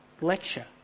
lecture